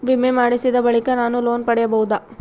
ವಿಮೆ ಮಾಡಿಸಿದ ಬಳಿಕ ನಾನು ಲೋನ್ ಪಡೆಯಬಹುದಾ?